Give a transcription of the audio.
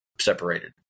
separated